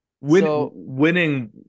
Winning